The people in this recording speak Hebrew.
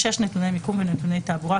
(6)נתוני מיקום ונתוני תעבורה,